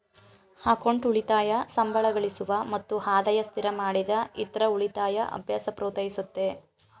account ಉಳಿತಾಯ ಸಂಬಳಗಳಿಸುವ ಮತ್ತು ಆದಾಯ ಸ್ಥಿರಮಾಡಿದ ಇತ್ರ ಉಳಿತಾಯ ಅಭ್ಯಾಸ ಪ್ರೋತ್ಸಾಹಿಸುತ್ತೆ